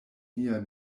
nia